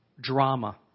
drama